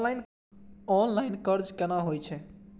Online कर्ज केना होई छै?